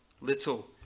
little